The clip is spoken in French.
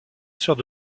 sœur